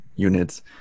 units